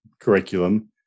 curriculum